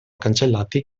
cancellati